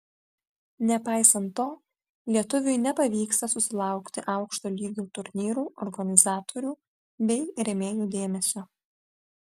nepaisant to lietuviui nepavyksta susilaukti aukšto lygio turnyrų organizatorių bei rėmėjų dėmesio